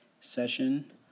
session